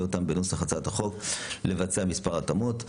אותם בנוסח הצעת החוק ולבצע מספר התאמות.